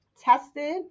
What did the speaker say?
tested